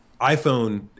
iPhone